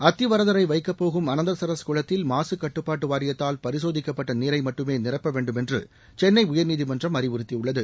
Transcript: அத்திவரதரை வைக்கப்போகும் அனந்தசரஸ் குளத்தில் மாசு கட்டுப்பாட்டு வாரியத்தால் பரிசோதிக்கப்பட்ட நீரை மட்டுமே நிரப்ப வேண்டும் என்று சென்னை உயா்நீதிமன்றம் அறிவுறுத்தியுள்ளது